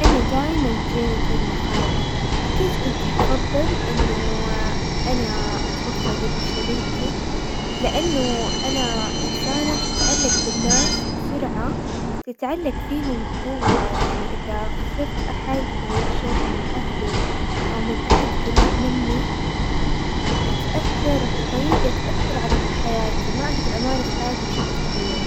انا دايما جهدي المخاوف، اكيد كنت حفضل انه انا اتوفى قبل شريكي، لانه انا انسانة تتعلق بالناس بسرعة، تتعلق فيهم بقوة يعني اذا خسرت احد بعيد الشر من اهلي او من احد قريب مني اتأثر بطريقة تأثر على كل حياتي ما اقدر امارس حياتي بشكل طبيعي.